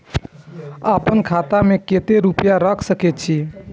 आपन खाता में केते रूपया रख सके छी?